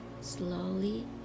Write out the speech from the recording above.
slowly